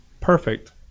perfect